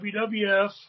WWF